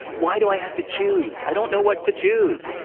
why do i have to choose? i don't know what to choose!